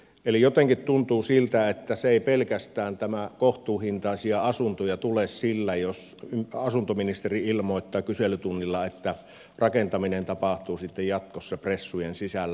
eli jotenkin tuntuu siltä että kohtuuhintaisia asuntoja ei tule pelkästään sillä jos asuntoministeri ilmoittaa kyselytunnilla että rakentaminen tapahtuu sitten jatkossa pressujen sisällä